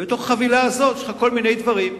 ובתוך החבילה הזאת יש לך כל מיני דברים.